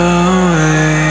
away